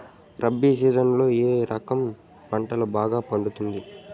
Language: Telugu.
రబి సీజన్లలో ఏ రకం పంట బాగా పండుతుంది